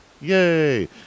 yay